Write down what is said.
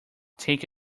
take